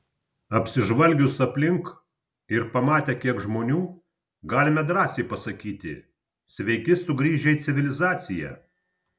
apsižvalgius aplink ir pamatę kiek žmonių galime drąsiai pasakyti sveiki sugrįžę į civilizaciją